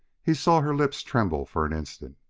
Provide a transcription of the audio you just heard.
he saw her lips tremble for an instant.